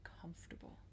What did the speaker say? comfortable